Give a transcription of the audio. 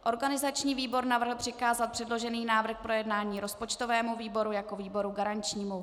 Organizační výbor navrhl přikázat předložený návrh k projednání rozpočtovému výboru jako výboru garančnímu.